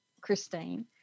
Christine